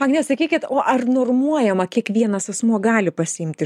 agne sakykit o ar normuojama kiekvienas asmuo gali pasiimti